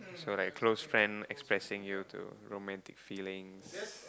so like close friend expressing you to romantic feelings